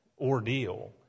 ordeal